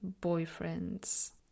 boyfriend's